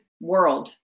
world